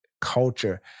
culture